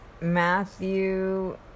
Matthew